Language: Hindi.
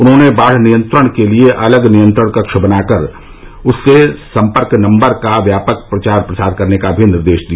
उन्होंने बाढ़ नियंत्रण के लिए अलग नियंत्रण कक्ष बनाकर उसके संपर्क नम्बर का व्यापक प्रचार प्रसार करने का भी निर्देश दिया